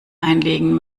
einlegen